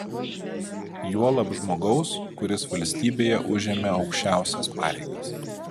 juolab žmogaus kuris valstybėje užėmė aukščiausias pareigas